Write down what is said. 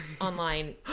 online